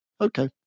okay